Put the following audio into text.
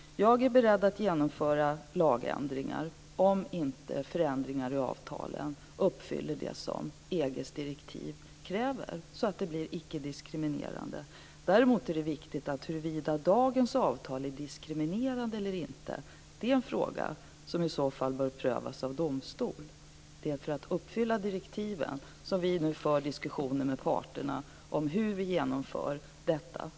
Jag är beredd att genomföra lagändringar om inte förändringar i avtalen uppfyller det som EG:s direktiv kräver så att det blir icke-diskriminerande. Däremot är det viktigt att säga att huruvida dagens avtal är diskriminerande eller inte är en fråga som i så fall bör prövas av domstol. Det är för att uppfylla direktiven som vi nu för diskussioner med parterna om hur vi genomför detta.